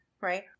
right